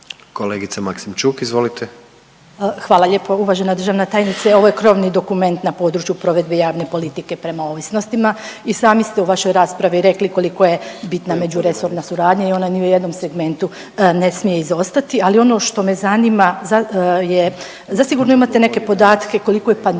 **Maksimčuk, Ljubica (HDZ)** Hvala lijepo. Uvažena državna tajnice ovo je krovni dokument na području provedbe javne politike prema ovisnostima. I sami ste u vašoj raspravi rekli koliko je bitna međuresorna suradnja i ona ni u jednom segmentu ne smije izostati. Ali ono što me zanima je, zasigurno imate neke podatke koliko je pandemija